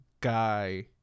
guy